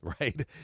right